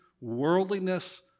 worldliness